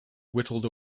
whittled